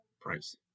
price